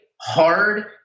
hard